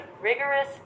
rigorous